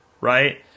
Right